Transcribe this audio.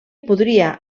podria